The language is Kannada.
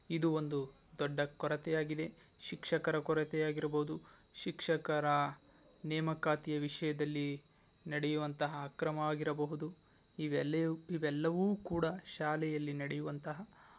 ಇದು ಒಂದು ದೊಡ್ಡ ಕೊರತೆಯಾಗಿದೆ ಶಿಕ್ಷಕರ ಕೊರತೆಯಾಗಿರ್ಬೋದು ಶಿಕ್ಷಕರ ನೇಮಕಾತಿಯ ವಿಷಯದಲ್ಲಿ ನಡೆಯುವಂಥ ಅಕ್ರಮ ಆಗಿರಬಹುದು ಇವೆಲ್ಲವೂ ಕೂಡ ಶಾಲೆಯಲ್ಲಿ ನಡೆಯುವಂತಹ